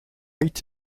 light